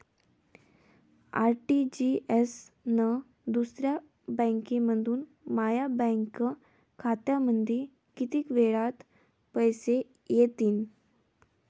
RTGS न दुसऱ्या बँकेमंधून माया बँक खात्यामंधी कितीक वेळातं पैसे येतीनं?